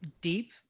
deep